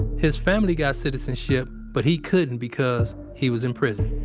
his family got citizenship, but he couldn't because he was in prison.